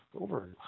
over